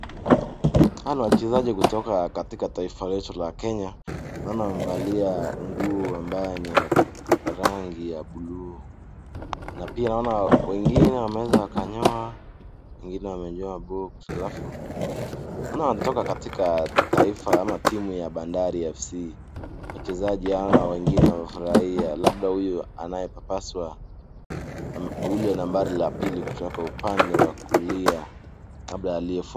Hawa ni wachezaji kutoka katika taifa letu la Kenya. Naona wamevalia nguo ambayo ni ya rangi ya blue na pia naona wengine wameeza wakanyoa ,wengine wamenyoa box alafu naona wametoka katika taifa au timu ya Bandari Fc.Wachezaji hawa wengine wamefurahia labda huyu nambari ya pili toka upande wa kulia labda aliyefunga.